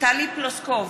טלי פלוסקוב,